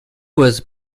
was